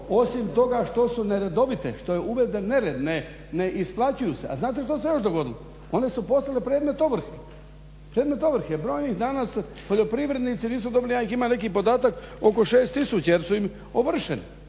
osim toga što su neredovite, što je uveden nered, ne isplaćuju se. A znate što se još dogodilo? One su postale predmet ovrhe. … /Govornik se ne razumije./… nisu dobili, ja imam neki podatak oko 6 tisuća jer su im ovršene.